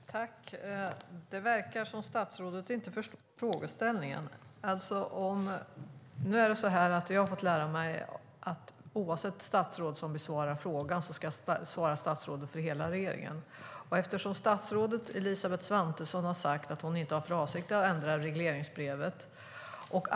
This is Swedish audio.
Herr ålderspresident! Det verkar som att statsrådet inte förstår frågeställningen. Jag har fått lära mig att oavsett vilket statsråd som besvarar frågan svarar statsrådet för hela regeringen. Statsrådet Elisabeth Svantesson har sagt att hon inte har för avsikt att ändra regleringsbrevet.